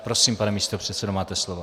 Prosím, pane místopředsedo, máte slovo.